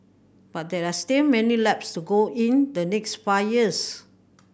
but there are still many laps to go in the next five years